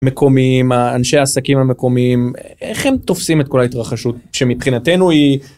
מקומיים האנשי העסקים המקומיים איך הם תופסים את כל ההתרחשות שמבחינתנו היא.